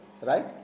right